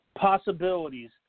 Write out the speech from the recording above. possibilities